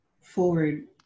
forward